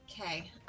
okay